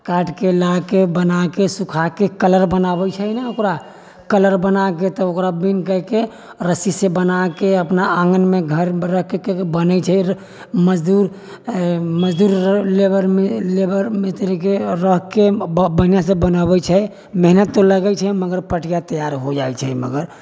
काटिके लाके बनाके सुखाके कलर बनाबैत छै ने ओकरा कलर बनाके तऽ ओकरा बीन करके रस्सी से बनाके अपना आँगनमे घर रखैके बनैत छै मजदूर लेबरमे मिस्त्रीके रखैके बढ़िआँसँ बनऽबै छै मेहनत तऽ लगैत छै मगर पटिआ हो जाइत छै मगर